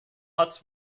huts